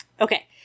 Okay